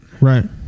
Right